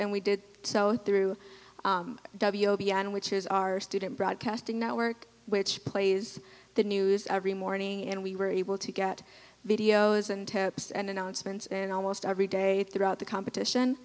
and we did so through w o b n which is our student broadcasting network which plays the news every morning and we were able to get videos and tips and announcements and almost every day throughout the competition